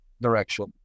direction